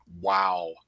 Wow